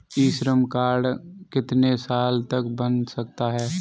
ई Shram card कितने साल तक बन सकता है?